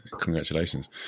congratulations